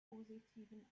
positiven